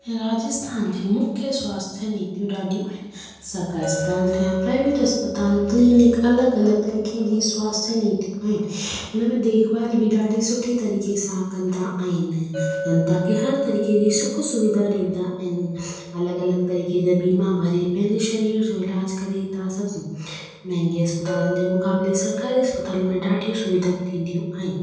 राजस्थान जी मुख्यु स्वास्थ्य नीतियूं ॾाढियूं आहिनि सरकारी इस्पतालि थिया प्राइवेट इस्पतालि क्लीनिक अलॻि अलॻि तरीक़े जी स्वास्थ्य नीति आहिनि हिन में देखभाल बि ॾाढी सुठी तरीक़े सां कंदा आहिनि जनता खे हर तरीक़े जी सुखु सुविधा ॾींदा आहिनि अलॻि अलॻि तरीक़े जा बीमा भरे पंहिंजे सरीर जो इलाजु करे था सघूं महांगे इस्पतालनि जे मुकाबिले सरकारी इस्पतालि में ॾाढियूं सुविधाऊं थींदियूं आहिनि